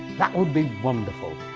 that would be wonderful,